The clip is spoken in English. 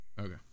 Okay